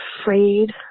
afraid